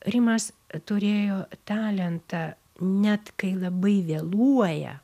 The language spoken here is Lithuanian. rimas turėjo talentą net kai labai vėluoja